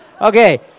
Okay